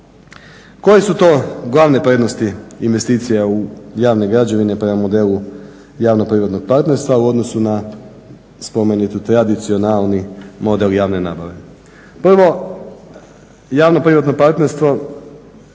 Koje su to glavne prednosti investicija u javne građevine prema modelu javno-privatnog partnerstva u odnosu na spomenuti tradicionalni model javne nabave. Prvo, javno-privatno partnerstvo